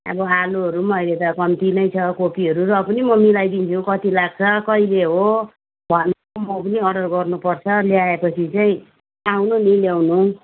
अब आलुहरू पनि अहिले त कम्ती नै छ कोपीहरू र पनि म मिलाइदिन्छु कति लाग्छ कहिले हो भने म पनि अर्डर गर्नुपर्छ ल्याएपछि चाहिँ आउनु नि ल्याउनु